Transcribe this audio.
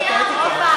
ועדת האתיקה.